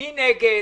מי נגד?